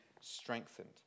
strengthened